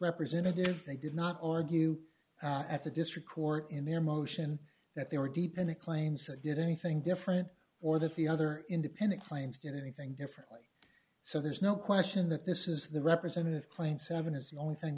representative they did not argue at the district court in their motion that they were deep in a claims that did anything different or that the other independent claims did anything differently so there's no question that this is the representative claimed seven is the only thing